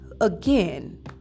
Again